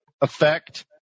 effect